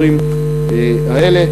לאזורים האלה.